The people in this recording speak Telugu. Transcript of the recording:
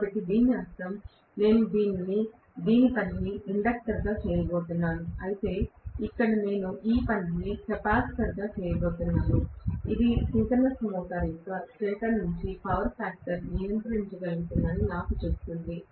కాబట్టి దీని అర్థం నేను ఈ పనిని ఇండక్టర్ గా చేయబోతున్నాను అయితే ఇక్కడ నేను ఈ పనిని కెపాసిటర్గా చేయబోతున్నాను ఇది సింక్రోనస్ మోటర్ యొక్క స్టేటర్ వైపు పవర్ ఫ్యాక్టర్ నియంత్రించగలుగుతుందని నాకు చెబుతుంది